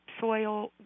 soil